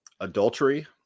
adultery